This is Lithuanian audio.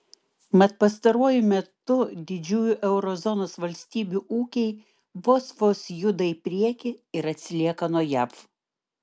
mat pastaruoju metu didžiųjų euro zonos valstybių ūkiai vos vos juda į priekį ir atsilieka nuo jav